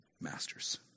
masters